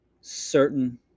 certain